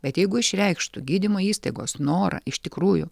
bet jeigu išreikštų gydymo įstaigos norą iš tikrųjų